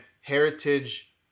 heritage